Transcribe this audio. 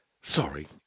Sorry